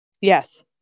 yes